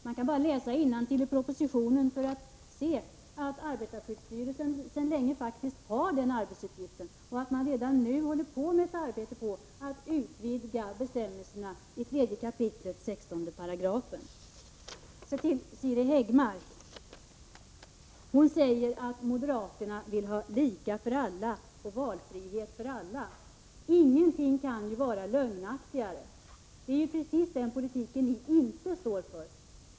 Man behöver bara läsa innantill i propositionen för att konstatera att arbetarskyddsstyrelsen sedan länge har denna arbetsuppgift. Redan nu håller man där på med ett arbete som syftar till att utvidga bestämmelserna i lagens 3 kap. 16 §. Siri Häggmark säger att moderaterna vill ha en politik som innebär att det är lika för alla och valfrihet för alla. Ingenting kan vara lögnaktigare. Det är ju precis den politik ni inte står för.